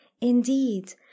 Indeed